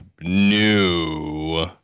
new